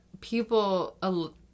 people